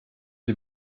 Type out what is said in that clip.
die